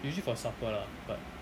usually for supper lah but